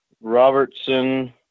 Robertson